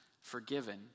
forgiven